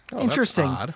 Interesting